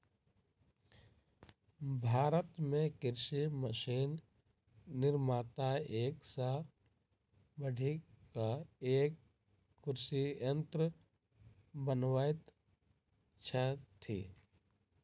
भारत मे कृषि मशीन निर्माता एक सॅ बढ़ि क एक कृषि यंत्र बनबैत छथि